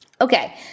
Okay